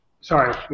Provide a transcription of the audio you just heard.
Sorry